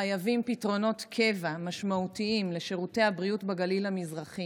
חייבים פתרונות קבע משמעותיים לשירותי הבריאות בגליל המזרח.